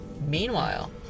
Meanwhile